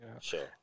Sure